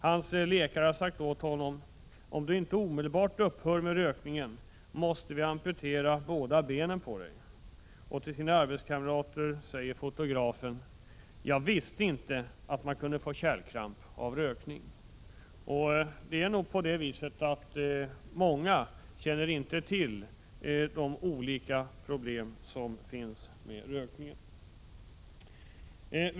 Hans läkare hade sagt åt honom: ”Om du inte omedelbart upphör med rökningen, måste vi amputera båda benen på dig.” Och till sina arbetskamrater säger fotografen: — Jag visste inte att man kunde få kärlkramp av rökning!” Det är nog på det viset att många inte känner till de olika problem som är förknippade med rökning.